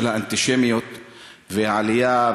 של האנטישמיות והעלייה,